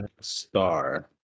star